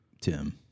Tim